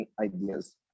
ideas